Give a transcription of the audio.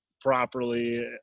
properly